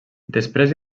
després